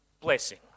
blessing